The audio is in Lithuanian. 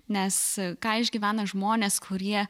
nes ką išgyvena žmonės kurie